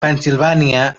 pennsilvània